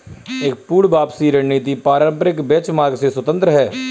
एक पूर्ण वापसी रणनीति पारंपरिक बेंचमार्क से स्वतंत्र हैं